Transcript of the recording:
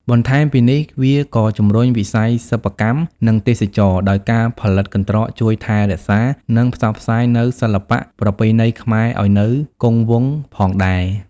បន្ថែមពីនេះ វាក៏ជំរុញវិស័យសិប្បកម្ម និងទេសចរណ៍ ដោយការផលិតកន្ត្រកជួយថែរក្សា និងផ្សព្វផ្សាយនូវសិល្បៈប្រពៃណីខ្មែរឲ្យនៅគង់វង្សផងដែរ។